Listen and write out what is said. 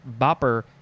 Bopper